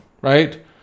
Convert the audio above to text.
right